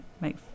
make